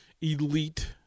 elite